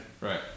Right